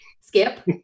Skip